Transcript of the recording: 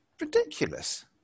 ridiculous